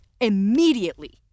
immediately